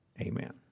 amen